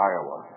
Iowa